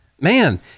Man